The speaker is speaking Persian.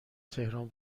تهران